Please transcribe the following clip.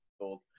old